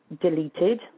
deleted